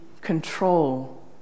control